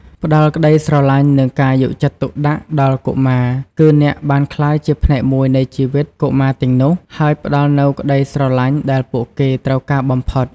ផ្ដល់ក្ដីស្រឡាញ់ និងការយកចិត្តទុកដាក់ដល់កុមារ គឺអ្នកបានក្លាយជាផ្នែកមួយនៃជីវិតកុមារទាំងនោះ ហើយផ្ដល់នូវក្ដីស្រឡាញ់ដែលពួកគេត្រូវការបំផុត។